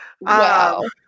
Wow